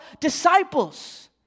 disciples